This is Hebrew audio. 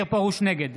נגד